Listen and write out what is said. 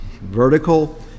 vertical